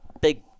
big